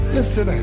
Listen